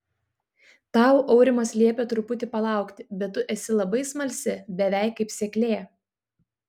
tau aurimas liepė truputį palaukti bet tu esi labai smalsi beveik kaip seklė